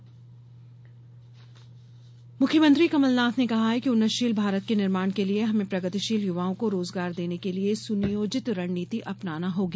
मुख्यमंत्री मुख्यमंत्री कमल नाथ ने कहा है कि उन्नतशील भारत के निर्माण के लिये हमें प्रगतिशील युवाओं को रोजगार देने के लिये सुनियोजित रणनीति अपनाना होगी